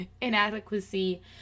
inadequacy